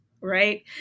right